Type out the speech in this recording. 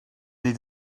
nid